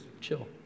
chill